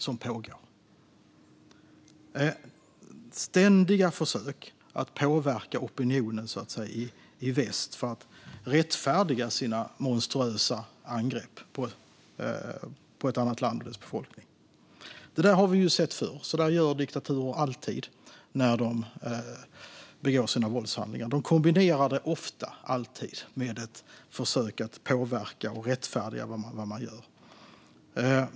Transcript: Det sker ständiga försök att påverka opinionen i väst för att rättfärdiga sina monstruösa angrepp på ett annat land och dess befolkning. Det där har vi sett förr. Så gör diktaturer alltid när de begår sina våldshandlingar. De kombinerar det ofta - alltid - med ett försök att påverka och rättfärdiga vad de gör.